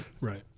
right